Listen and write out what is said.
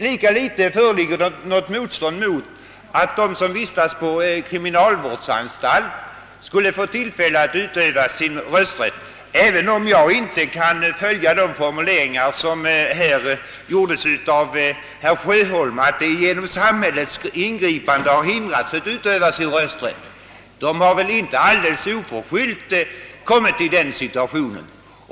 Lika litet föreligger det något motstånd mot att de som vistas på kriminalvårdsanstalt skulle få tillfälle att utöva sin rösträtt även om jag inte kan följa herr Sjöholms resonemang om att de genom samhällets ingripande har hindrats att utöva sin rösträtt. De har väl inte alldeles oförskyllt hamnat i denna situation.